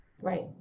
right